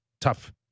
tough